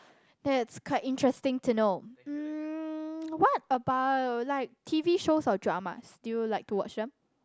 that's quite interesting to know um what about like T_V shows or dramas do you like to watch them